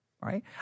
right